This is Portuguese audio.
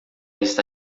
está